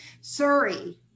Surrey